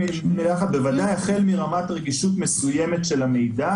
בוודאי החל מרמת רגישות מסוימת של המידע,